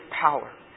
power